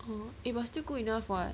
oh eh but still good enough what